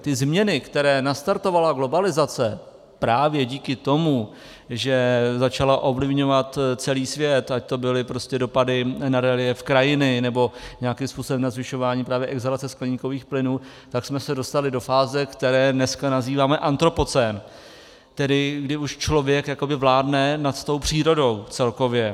Ty změny, které nastartovala globalizace právě díky tomu, že začala ovlivňovat celý svět, ať to byly dopady na reliéf krajiny, nebo nějakým způsobem na zvyšování právě exhalace skleníkových plynů, tak jsme se dostali do fáze, kterou dneska nazýváme antropocén, tedy kdy už člověk jakoby vládne nad tou přírodou celkově.